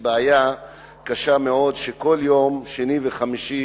בעיה קשה מאוד שכל שני וחמישי